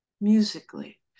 musically